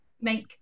make